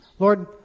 Lord